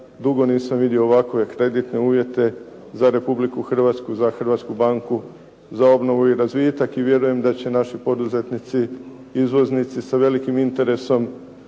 dugo vidio ovakve kreditne uvjete za Republiku Hrvatsku, za Hrvatsku banku za obnovu i razvitak. I vjerujem da će naši poduzetnici, izvoznici sa velikim interesom